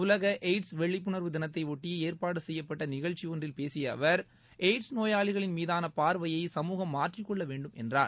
உலகளய்ட்ஸ் விழிப்புணா்வு தினத்தையொட்டிஏற்பாடுசெய்யப்பட்டநிகழ்ச்சியொன்றில் பேசியஅவர் எய்ட்ஸ் நோயாளிகளின் மீதானபார்வையை சமூகம் மாற்றிக்கொள்ளவேண்டும் என்றார்